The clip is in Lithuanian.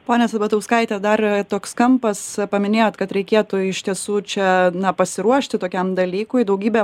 ponia sabatauskaite dar toks kampas paminėjot kad reikėtų iš tiesų čia na pasiruošti tokiam dalykui daugybę